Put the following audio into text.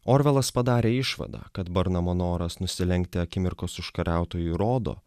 orvelas padarė išvadą kad burnamo noras nusilenkti akimirkos užkariautojų rodo